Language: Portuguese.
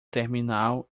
terminal